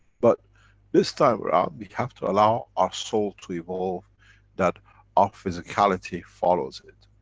but this time around, we have to allow our soul to evolve that our physicality follows it.